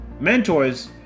Mentors